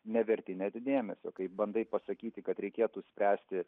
neverti net dėmesio kai bandai pasakyti kad reikėtų spręsti